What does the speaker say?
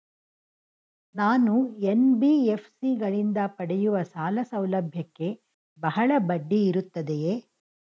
ನಾನು ಎನ್.ಬಿ.ಎಫ್.ಸಿ ಗಳಿಂದ ಪಡೆಯುವ ಸಾಲ ಸೌಲಭ್ಯಕ್ಕೆ ಬಹಳ ಬಡ್ಡಿ ಇರುತ್ತದೆಯೇ?